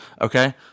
okay